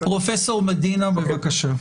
פרופ' מדינה, בבקשה.